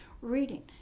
reading